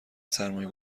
سرمایه